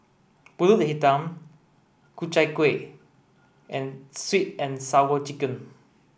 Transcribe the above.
Pulut Hitam Ku Chai Kueh and sweet and sour chicken